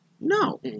No